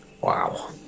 Wow